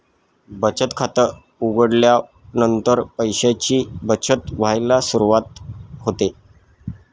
बचत खात उघडल्यानंतर पैशांची बचत व्हायला सुरवात होते